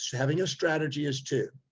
having a strategy is two,